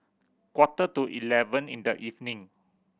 quarter to eleven in the evening